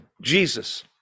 jesus